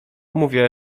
mówię